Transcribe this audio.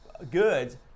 goods